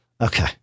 Okay